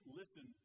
listen